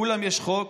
לכולם יש חוק.